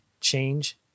change